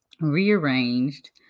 rearranged